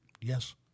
Yes